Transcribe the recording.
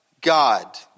God